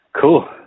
Cool